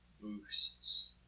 boosts